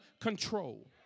control